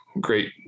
great